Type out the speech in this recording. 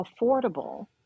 affordable